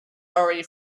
already